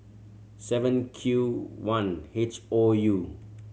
seven Q one H O U